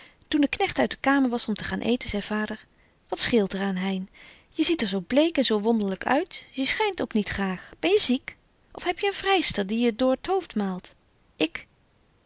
toen de knegt uit de kamer was om te gaan eeten zei vader wat scheelt er aan hein je ziet er zo bleek en zo wonderlyk uit je schynt ook niet graag ben je ziek of heb je een vryster die je door t hoofd maalt ik